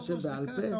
תורה שבעל פה?